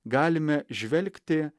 galime žvelgti